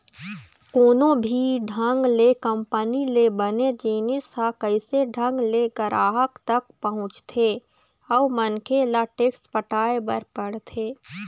कोनो भी ढंग ले कंपनी ले बने जिनिस ह कइसे ढंग ले गराहक तक पहुँचथे अउ मनखे ल टेक्स पटाय बर पड़थे